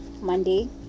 Monday